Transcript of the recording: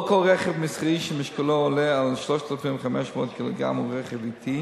לא כל רכב מסחרי שמשקלו עולה על 3,500 ק"ג הוא רכב אטי